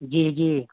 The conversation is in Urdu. جی جی